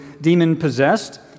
demon-possessed